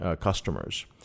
customers